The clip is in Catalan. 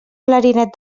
clarinet